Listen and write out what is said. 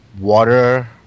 water